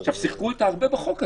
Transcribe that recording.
שיחקו איתה הרבה בחוק הזה,